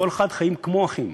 כל אחד, חיים כמו אחים.